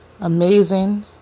amazing